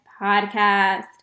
podcast